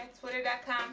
Twitter.com